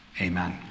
Amen